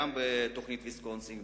גם בתוכנית ויסקונסין,